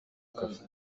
cafe